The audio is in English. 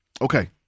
Okay